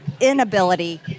inability